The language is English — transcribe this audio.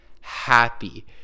happy